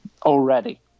already